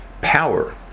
power